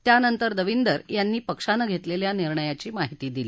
त्यानंतर दविंदर यांनी पक्षानं घेतलेल्या निर्णयाची माहिती दिली